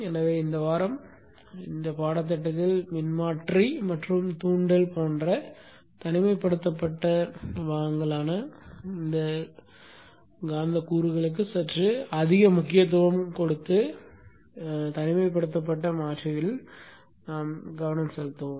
எனவே இந்த வாரம் இந்த பாடத்திட்டத்தில் மின்மாற்றி மற்றும் தூண்டல் போன்ற தனிமைப்படுத்தப்பட்ட கூறுகளான காந்த கூறுகளுக்கு சற்று அதிக முக்கியத்துவம் கொடுத்து தனிமைப்படுத்தப்பட்ட மாற்றிகளில் அதிக கவனம் செலுத்துவோம்